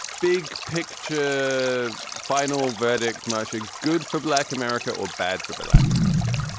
big picture, the final verdict. much ah good for black america or bad for black america?